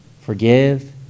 Forgive